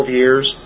years